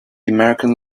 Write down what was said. american